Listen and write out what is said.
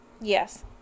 Yes